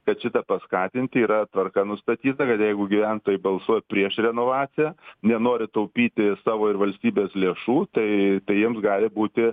kad šitą paskatinti yra tvarka nustatyta kad jeigu gyventojai balsuoja prieš renovaciją nenori taupyti savo ir valstybės lėšų tai jiems gali būti